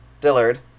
Dillard